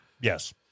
Yes